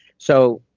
so